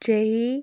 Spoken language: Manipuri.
ꯆꯍꯤ